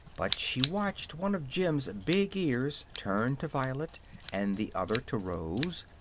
but she watched one of jim's big ears turn to violet and the other to rose,